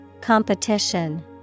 Competition